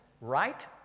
right